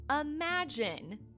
imagine